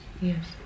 Yes